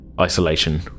isolation